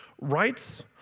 Rights